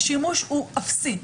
השימוש הוא אפסי.